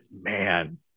man